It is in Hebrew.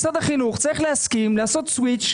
משרד החינוך צריך להסכים לעשות סוויצ'